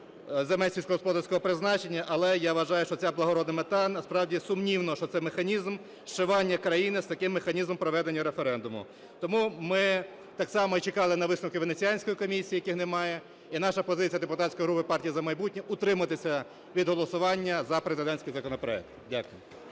земель сільськогосподарського призначення, але я вважаю, що ця благородна мета насправді сумнівна, що це механізм "зшивання" країни з таким механізмом проведення референдуму. Тому ми так само чекали на висновки Венеціанської комісії, яких немає. І наша позиція, депутатської групи "Партії "За майбутнє" – утриматися від голосування за президентський законопроект. Дякую.